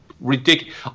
ridiculous